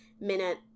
Minute